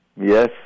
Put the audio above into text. Yes